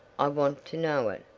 i'd want to know it.